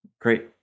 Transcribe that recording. Great